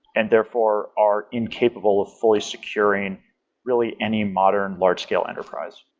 and therefore, are incapable of fully securing really any modern large-scale enterprise